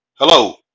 Hello